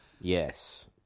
yes